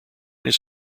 his